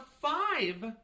five